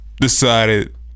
decided